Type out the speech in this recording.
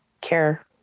care